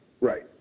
right